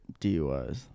DUIs